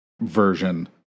version